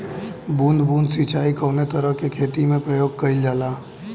बूंद बूंद सिंचाई कवने तरह के खेती में प्रयोग कइलजाला?